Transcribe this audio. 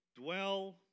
dwell